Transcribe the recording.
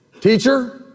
Teacher